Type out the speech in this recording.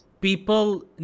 people